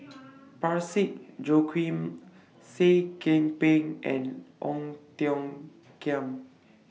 Parsick Joaquim Seah Kian Peng and Ong Tiong Khiam